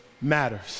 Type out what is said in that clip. Matters